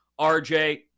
RJ